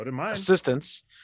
assistance